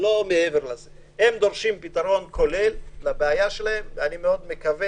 הם דורשים פתרון כולל לבעיה שלהם ואני מאוד מקווה